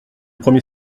premier